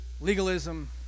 legalism